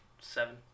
seven